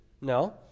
No